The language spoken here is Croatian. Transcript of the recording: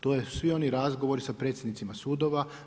To su svi oni razgovori sa predsjednicima sudova.